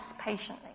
patiently